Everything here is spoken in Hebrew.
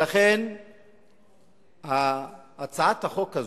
לכן הצעת החוק הזאת,